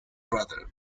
brother